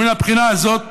ומן הבחינה הזאת,